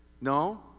No